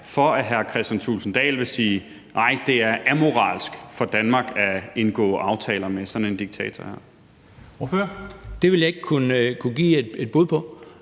for at hr. Kristian Thulesen Dahl vil sige, at nej, det er amoralsk for Danmark at indgå aftaler med sådan en diktator? Kl. 14:12 Formanden (Henrik Dam